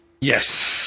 Yes